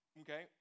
okay